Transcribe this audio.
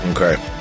Okay